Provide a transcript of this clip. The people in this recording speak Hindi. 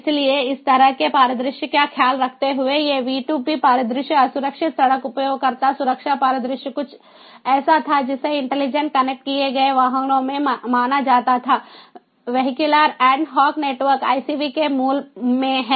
इसलिए इस तरह के परिदृश्य का ख्याल रखते हुए ये V2P परिदृश्य असुरक्षित सड़क उपयोगकर्ता सुरक्षा परिदृश्य कुछ ऐसा था जिसे इंटेलिजेंट कनेक्ट किए गए वाहनों में माना जाता था vehicular ad hoc network ICV के मूल में है